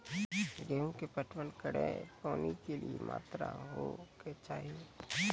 गेहूँ के पटवन करै मे पानी के कि मात्रा होय केचाही?